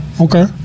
Okay